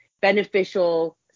beneficial